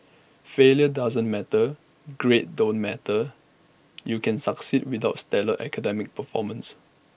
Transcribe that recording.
failure doesn't matter grades don't matter you can succeed without stellar academic performance